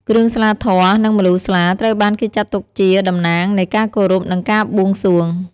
គ្រឿងស្លាធម៌ និងម្លូស្លា ត្រូវបានគេចាត់ទុកជា តំណាងនៃការគោរព និង ការបួងសួង។